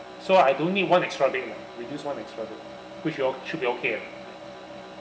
so I don't need one extra bed lah reduce one extra bed which you all should be okay lah